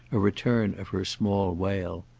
a return of her small wail.